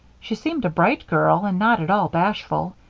she seemed a bright girl and not at all bashful,